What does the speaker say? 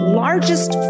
largest